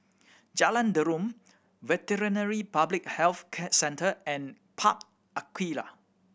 Jalan Derum Veterinary Public Health Centre and Park Aquaria